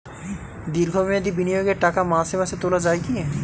দীর্ঘ মেয়াদি বিনিয়োগের টাকা মাসে মাসে তোলা যায় কি?